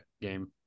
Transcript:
game